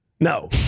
No